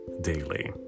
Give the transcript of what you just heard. daily